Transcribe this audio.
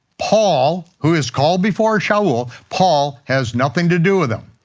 paul, who is called before shaul, paul has nothing to do with him.